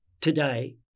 Today